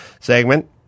segment